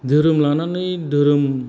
धोरोम लानानै धोरोम